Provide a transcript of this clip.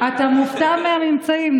אתה מופתע מהממצאים,